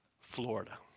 Florida